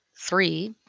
Three